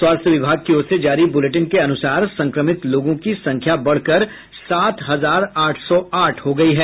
स्वास्थ्य विभाग की ओर से जारी बुलेटिन के अनुसार संक्रमित लोगों की संख्या बढ़कर सात हजार आठ सौ आठ हो गयी है